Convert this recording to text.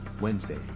Wednesday